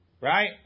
Right